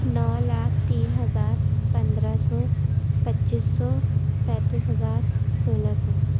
نو لاکھ تین ہزار پندرہ سو پچیس سو پینتس ہزار سولہ سو